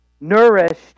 Nourished